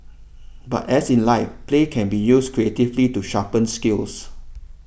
but as in life play can be used creatively to sharpen skills